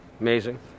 Amazing